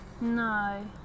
No